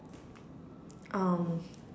um